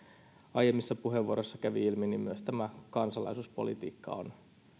aiemmissa puheenvuoroissa kävi ilmi niin myös tämä kansalaisuuspolitiikka on